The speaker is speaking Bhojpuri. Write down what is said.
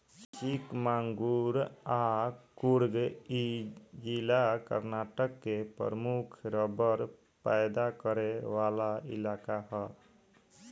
चिकमंगलूर आ कुर्ग इ जिला कर्नाटक के प्रमुख रबड़ पैदा करे वाला इलाका ह